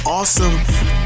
Awesome